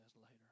later